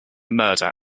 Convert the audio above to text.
murder